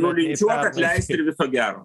nulinčiuot atleisti ir viso gero